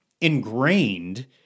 ingrained